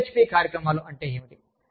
WHP కార్యక్రమాలు ఏమిటి